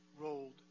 rolled